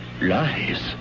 Lies